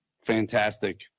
Fantastic